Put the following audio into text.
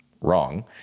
wrong